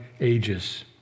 ages